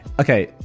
Okay